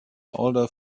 older